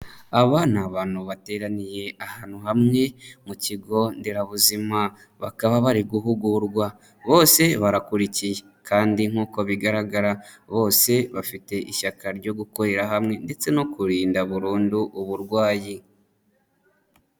Aba ni abantu bateraniye ahantu hamwe mu kigo nderabuzima, bakaba bari guhugurwa, bose barakurikiye kandi nk'uko bigaragara bose bafite ishyaka ryo gukorera hamwe ndetse no kurinda burundu uburwayi.